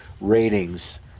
ratings